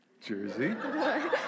Jersey